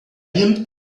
him